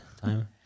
time